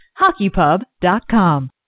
HockeyPub.com